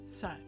set